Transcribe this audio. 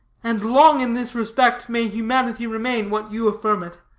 and long in this respect may humanity remain what you affirm it.